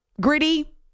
Gritty